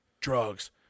drugs